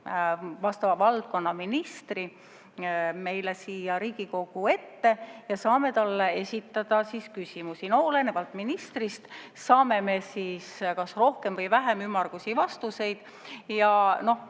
vastava valdkonna ministri meile siia Riigikogu ette [kutsuda] ja saame talle esitada küsimusi ning olenevalt ministrist saame siis kas rohkem või vähem ümmargusi vastuseid. Ja noh,